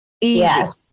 Yes